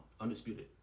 Undisputed